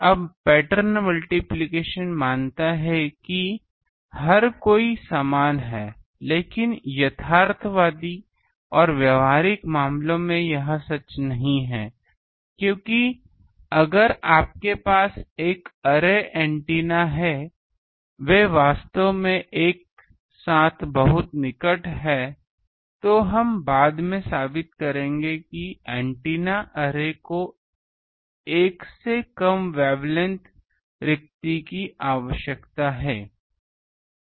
अब pattern multiplication मानता है कि हर कोई समान है लेकिन यथार्थवादी और व्यावहारिक मामलों में यह सच नहीं है क्योंकि अगर आपके पास अब एक अरे एंटीना है वे वास्तव में एक साथ बहुत निकट हैं तो हम बाद में साबित करेंगे कि अरे एंटीना को एक से कम वेवलेंथ रिक्ति की आवश्यकता है